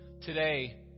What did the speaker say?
Today